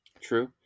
True